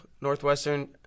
Northwestern